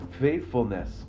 faithfulness